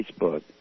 Facebook